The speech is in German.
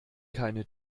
keine